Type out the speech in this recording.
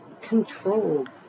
controlled